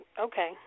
Okay